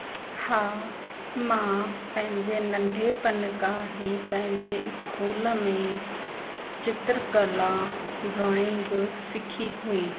हा मां पंहिंजे नंढपण का ई पंहिंजे इस्कूल में चित्रकला ड्रॉइंग सिखी हुई